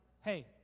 hey